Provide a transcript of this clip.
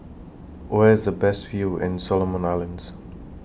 Where IS The Best View in Solomon Islands